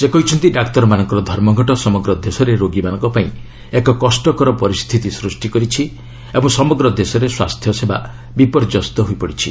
ସେ କହିଛନ୍ତି ଡାକ୍ତରମାନଙ୍କର ଧର୍ମଘଟ ସମଗ୍ର ଦେଶରେ ରୋଗୀମାନଙ୍କ ପାଇଁ ଏକ କଷ୍ଟକର ପରିସ୍ଥିତି ସୂଷ୍ଟି କରିଛି ଓ ସମଗ୍ର ଦେଶରେ ସ୍ୱାସ୍ଥ୍ୟସେବା ବିପର୍ଯ୍ୟସ୍ତ ହୋଇପଡ଼ିଛି